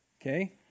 okay